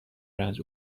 رنج